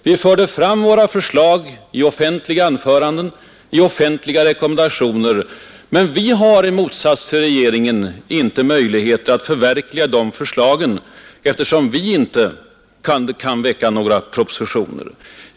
Vi förde fram våra förslag i offentliga anföranden, i offentliga rekommendationer, men vi har — i motsats till regeringen — inte möjligheter att förverkliga våra förslag, eftersom vi inte kan framlägga några propositioner till riksdagen.